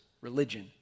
religion